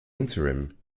interim